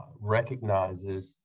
recognizes